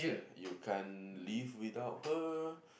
you can't live without her